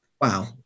Wow